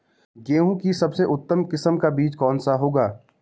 गेहूँ की सबसे उत्तम किस्म का बीज कौन सा होगा?